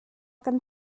kan